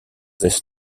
these